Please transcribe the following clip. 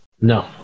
No